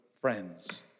friends